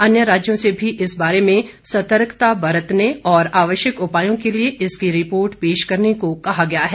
अन्य राज्यों से भी इस बारे में सतर्कता बरतने और आवश्यक उपायों के लिए इसकी रिपोर्ट पेश करने को कहा गया है